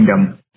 kingdom